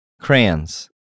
crayons